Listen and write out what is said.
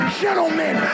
gentlemen